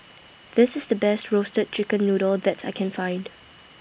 This IS The Best Roasted Chicken Noodle that I Can Find